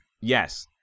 Yes